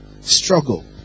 struggle